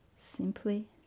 Simply